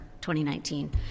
2019